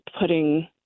putting